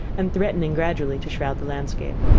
and threatening gradually to shroud the landscape.